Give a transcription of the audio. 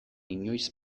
inoiz